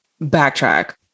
Backtrack